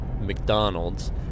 McDonald's